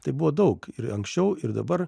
tai buvo daug ir anksčiau ir dabar